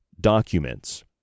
documents